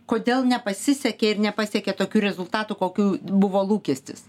kodėl nepasisekė ir nepasiekė tokių rezultatų kokių buvo lūkestis